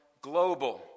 global